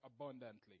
abundantly